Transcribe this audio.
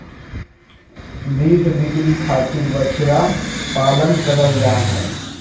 beef बिक्री खातिर बछड़ा पालन करल जा हय